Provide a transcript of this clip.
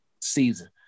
season